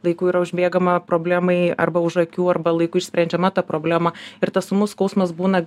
laiku yra užbėgama problemai arba už akių arba laiku išsprendžiama ta problema ir tas ūmus skausmas būna